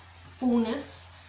fullness